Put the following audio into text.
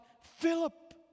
Philip